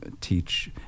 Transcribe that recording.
teach